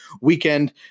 weekend